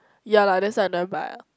ya lah that's why I never buy ah